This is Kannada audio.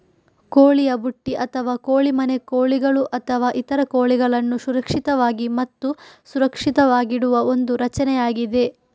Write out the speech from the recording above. ಕೋಳಿಯ ಬುಟ್ಟಿ ಅಥವಾ ಕೋಳಿ ಮನೆ ಕೋಳಿಗಳು ಅಥವಾ ಇತರ ಕೋಳಿಗಳನ್ನು ಸುರಕ್ಷಿತವಾಗಿ ಮತ್ತು ಸುರಕ್ಷಿತವಾಗಿಡುವ ಒಂದು ರಚನೆಯಾಗಿದೆ